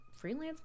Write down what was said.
freelance